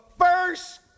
first